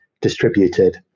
distributed